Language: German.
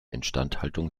instandhaltung